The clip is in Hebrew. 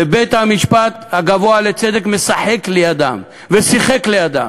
ובית-המשפט הגבוה לצדק משחק לידם, ושיחק לידם.